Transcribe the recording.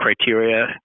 criteria